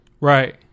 Right